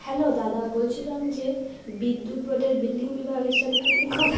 hello দাদা বলছিলাম যে বিদ্যুৎ বোর্ডের বিল্ডিং বিভাগের সাথে কি আমি কথা